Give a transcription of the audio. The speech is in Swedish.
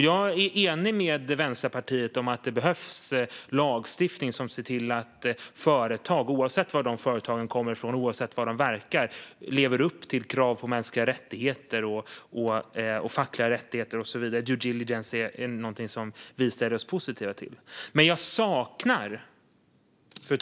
Jag är enig med Vänsterpartiet om att det behövs lagstiftning som ser till att företag, oavsett varifrån företagen kommer och oavsett var de verkar, lever upp till krav på mänskliga och fackliga rättigheter. Vi ställer oss positiva till due diligence. Fru talman!